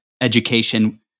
education